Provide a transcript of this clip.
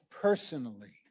personally